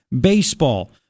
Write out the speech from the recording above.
baseball